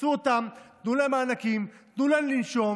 תפצו אותם, תנו להם מענקים, תנו להם לנשום.